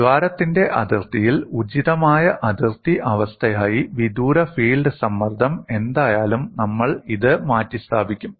ദ്വാരത്തിന്റെ അതിർത്തിയിൽ ഉചിതമായ അതിർത്തി അവസ്ഥയായി വിദൂര ഫീൽഡ് സമ്മർദ്ദം എന്തായാലും നമ്മൾ ഇത് മാറ്റിസ്ഥാപിക്കും